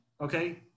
okay